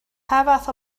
fath